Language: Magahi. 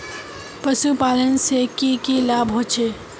पशुपालन से की की लाभ होचे?